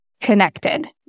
connected